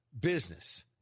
business